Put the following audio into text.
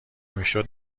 میشه